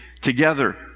together